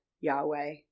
Yahweh